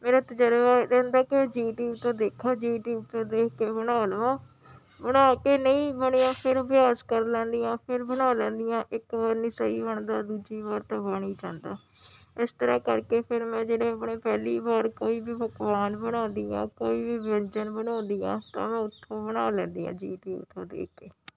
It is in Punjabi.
ਮੇਰਾ ਤਜ਼ਰਬਾ ਕਹਿੰਦਾ ਕਿ ਯੂਟਿਊਬ ਤੋਂ ਦੇਖੋ ਯੂਟਿਊਬ ਤੋਂ ਦੇਖ ਕੇ ਬਣਾ ਲਵਾਂ ਬਣਾ ਕੇ ਨਹੀਂ ਬਣਿਆ ਫਿਰ ਅਭਿਆਸ ਕਰ ਲੈਂਦੀ ਹਾਂ ਫਿਰ ਬਣਾ ਲੈਂਦੀ ਹਾਂ ਇੱਕ ਵਾਰੀ ਨਹੀਂ ਬਣਦਾ ਦੂਜੀ ਵਾਰ ਤਾਂ ਬਣ ਹੀ ਜਾਂਦਾ ਇਸ ਤਰ੍ਹਾਂ ਕਰਕੇ ਫਿਰ ਮੈਂ ਜਿਹੜੇ ਆਪਣੇ ਪਹਿਲੀ ਵਾਰ ਕੋਈ ਵੀ ਪਕਵਾਨ ਬਣਾਉਂਦੀ ਹਾਂ ਕੋਈ ਵੀ ਵਿਅੰਜਨ ਬਣਾਉਂਦੀ ਹਾਂ ਤਾਂ ਉਥੋਂ ਬਣਾ ਲੈਂਦੀ ਹਾਂ ਯੂਟਿਊਬ ਤੋਂ ਦੇਖ ਕੇ